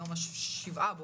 היום השבעה באוקטובר,